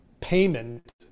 payment